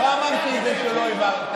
לא אמרתי שלא העברת.